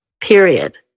period